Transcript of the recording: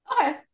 Okay